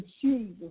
Jesus